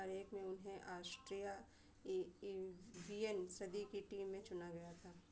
दो हज़ार एक में उन्हें ऑस्ट्रिया वि एन सदी की टीम में चुना गया था